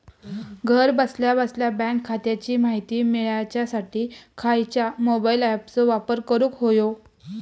घरा बसल्या बसल्या बँक खात्याची माहिती मिळाच्यासाठी खायच्या मोबाईल ॲपाचो वापर करूक होयो?